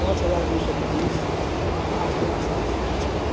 पाँच हज़ार दू सए पच्चीस आठ हज़ार सात सए पचपन